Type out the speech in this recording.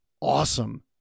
awesome